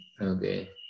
Okay